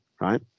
right